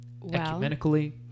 ecumenically